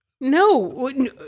No